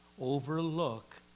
overlook